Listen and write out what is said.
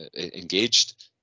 engaged